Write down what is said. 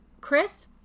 chris